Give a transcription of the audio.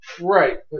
Right